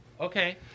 Okay